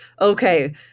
okay